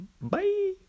Bye